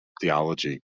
theology